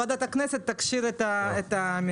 ועדת הכנסת תכשיר את המינוי.